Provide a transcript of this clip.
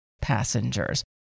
passengers